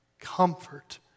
comfort